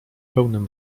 pełnym